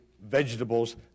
vegetables